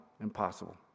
Impossible